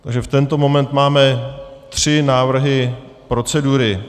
Takže v tento moment máme tři návrhy procedury.